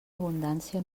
abundància